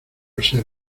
ser